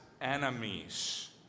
enemies